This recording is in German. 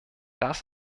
das